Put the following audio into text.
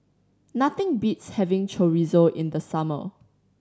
nothing beats having Chorizo in the summer